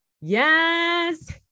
yes